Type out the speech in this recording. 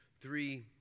three